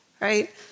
right